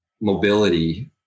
mobility